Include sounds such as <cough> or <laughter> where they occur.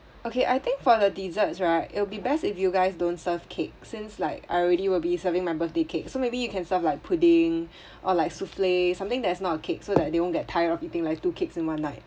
okay I think for the desserts right it'll be best if you guys don't serve cake since like I already will be serving my birthday cake so maybe you can serve like pudding <breath> or like souffle something that is not a cake so that they won't get tired of eating like two cakes in one night